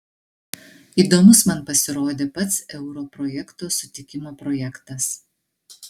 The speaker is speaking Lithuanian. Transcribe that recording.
įdomus man pasirodė pats euro projekto sutikimo projektas